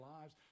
lives